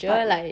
but